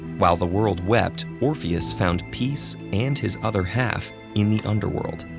while the world wept, orpheus found peace, and his other half, in the underworld.